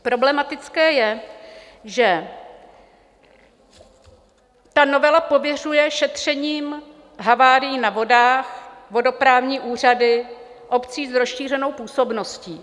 Problematické je, že ta novela pověřuje šetřením havárií na vodách vodoprávní úřady obcí s rozšířenou působností.